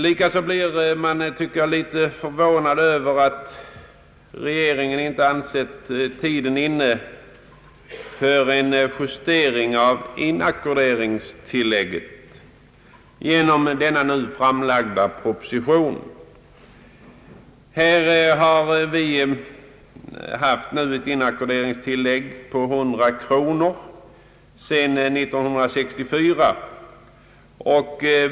Likaså blir man något förvånad över att regeringen inte har ansett tiden inne för en justering av inackorderingstillägget i den nu framlagda propositionen. Detta tillägg har sedan år 1964 varit 100 kronor.